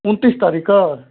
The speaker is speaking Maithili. उनतिस तारीखके